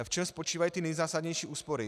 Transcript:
V čem spočívají ty nejzásadnější úspory?